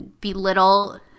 belittle